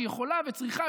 שיכולה וצריכה,